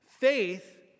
faith